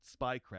spycraft